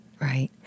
right